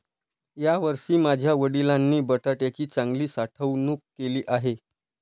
यावर्षी माझ्या वडिलांनी बटाट्याची चांगली साठवणूक केली आहे